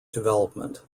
development